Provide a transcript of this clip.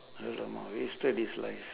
alamak wasted his life